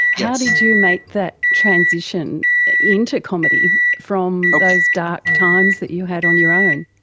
how did you make that transition into comedy from those dark times that you had on your own?